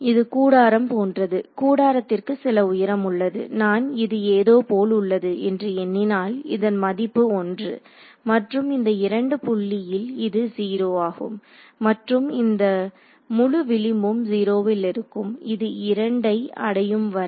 இது கூடாரம் போன்றது கூடாரத்திற்கு சில உயரமுள்ளது நான் இது ஏதோ போல் உள்ளது என்று எண்ணினால் இதன் மதிப்பு 1 மற்றும் இந்த 2 புள்ளியில் இது 0 ஆகும் மற்றும் இந்த முழு விளிம்பும் 0 ல் இருக்கும் இது இரண்டை அடையும்வரை